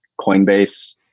Coinbase